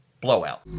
blowout